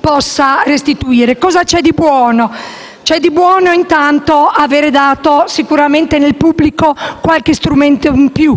possa restituire. Cosa c'è di buono? C'è di buono il fatto di avere dato sicuramente nel pubblico qualche strumento in più.